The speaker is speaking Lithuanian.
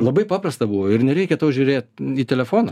labai paprasta buvo ir nereikia tau žiūrėt į telefoną